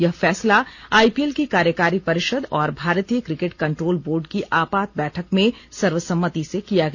यह फैसला आईपीएल की कार्यकारी परिषद और भारतीय क्रिकेट कंट्रोल बोर्ड की आपात बैठक में सर्वसम्मति से किया गया